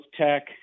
tech